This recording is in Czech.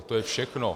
To je všechno.